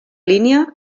línia